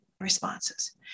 responses